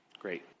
Great